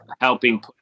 helping